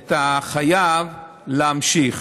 את החייב להמשיך.